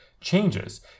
changes